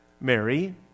Mary